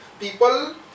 people